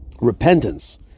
repentance